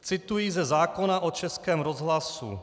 Cituji ze zákona o Českém rozhlasu.